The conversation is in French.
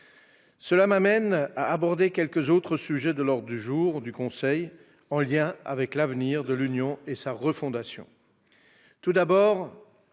Cela m'amène à aborder quelques autres sujets de l'ordre du jour du Conseil européen en lien avec l'avenir de l'Union européenne et sa refondation. Tout d'abord,